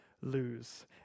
lose